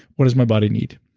what does my body need?